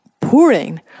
pouring